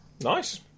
Nice